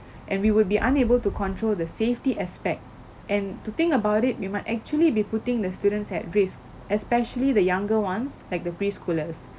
and we would be unable to control the safety aspect and to think about it we might actually be putting the students at risk especially the younger ones like the preschoolers